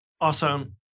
Awesome